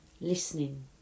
listening